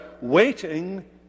waiting